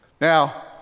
Now